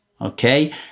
okay